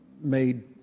made